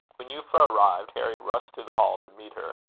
when euphra arrived, harry rushed to the hall to meet her.